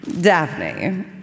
Daphne